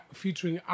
featuring